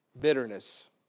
Bitterness